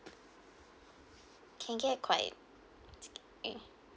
can get quite